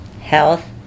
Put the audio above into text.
health